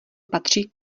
patří